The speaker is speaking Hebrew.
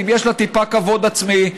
אם יש לה טיפה כבוד עצמי,